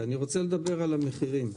אני רוצה לדבר על המחירים.